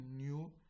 new